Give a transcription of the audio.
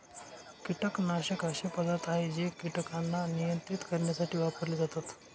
कीटकनाशक असे पदार्थ आहे जे कीटकांना नियंत्रित करण्यासाठी वापरले जातात